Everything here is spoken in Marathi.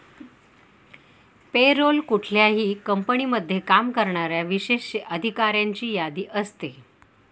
पे रोल कुठल्याही कंपनीमध्ये काम करणाऱ्या विशेष अधिकाऱ्यांची यादी असते